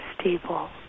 stable